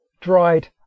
dried